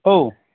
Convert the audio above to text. औ